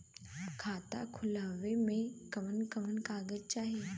खाता खोलवावे में कवन कवन कागज चाही?